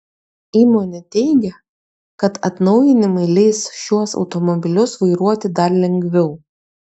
įmonė teigia kad atnaujinimai leis šiuos automobilius vairuoti dar lengviau